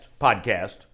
podcast